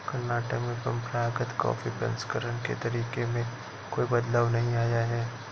कर्नाटक में परंपरागत कॉफी प्रसंस्करण के तरीके में कोई बदलाव नहीं आया है